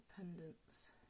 independence